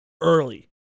early